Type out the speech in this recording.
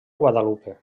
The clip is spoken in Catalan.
guadalupe